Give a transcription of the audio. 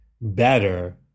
better